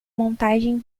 montagem